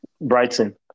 Brighton